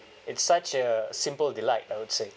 it's such a simple delight I would say